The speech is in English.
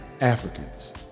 Africans